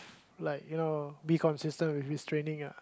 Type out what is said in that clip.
like you know be consistent with his training ah